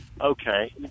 Okay